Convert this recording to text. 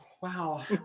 wow